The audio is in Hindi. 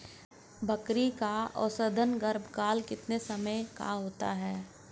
बकरी का औसतन गर्भकाल कितने समय का होता है?